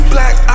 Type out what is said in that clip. Black